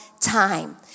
time